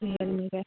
real me അല്ലേ